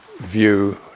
view